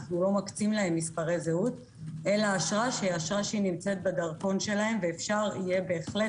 אנו לא מקצים להם מספרי זהות אלא אשרה שנמצאת בדרכון שלהם ואפשר בהחלט